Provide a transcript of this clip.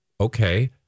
Okay